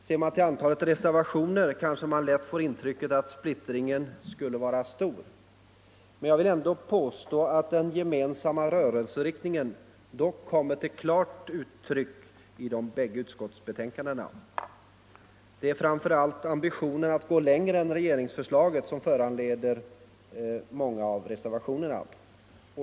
Ser man till antalet reservationer, kanske man lätt får intrycket att splittringen skulle vara stor, men jag vill ändå påstå att den gemensamma rörelseriktningen dock kommer till klart uttryck i de bägge utskottsbetänkandena. Det är framför allt ambitionen att gå längre än regeringsförslaget som föranleder många av reservationerna.